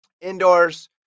indoors